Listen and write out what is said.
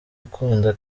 gukunda